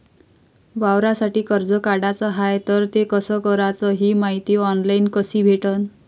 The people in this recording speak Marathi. वावरासाठी कर्ज काढाचं हाय तर ते कस कराच ही मायती ऑनलाईन कसी भेटन?